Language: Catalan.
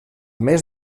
més